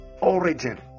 origin